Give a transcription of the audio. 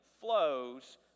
flows